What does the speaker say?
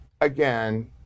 Again